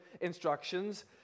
instructions